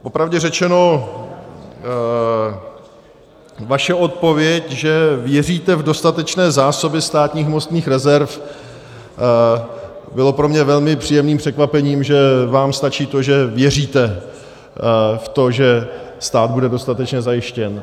Popravdě řečeno vaše odpověď, že věříte v dostatečné zásoby státních hmotných rezerv, byla pro mě velmi příjemným překvapením, že vám stačí to, že věříte v to, že stát bude dostatečně zajištěn.